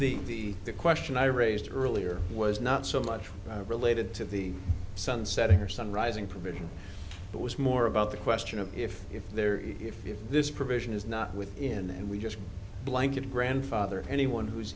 the the the question i raised earlier was not so much related to the sun setting or sun rising provision but was more about the question of if if there is if this provision is not with him and we just blanket grandfather anyone who's